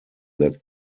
that